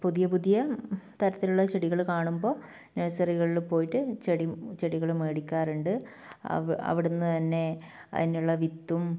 പുതിയ പുതിയ തരത്തിലുള്ള ചെടികൾ കാണുമ്പോൾ നഴ്സറികളിൽ പോയിട്ട് ചെടി ചെടികളും മേടിക്കാറുണ്ട് അവിടുന്ന് തന്നെ അതിനുള്ള വിത്തും